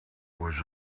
was